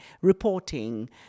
reporting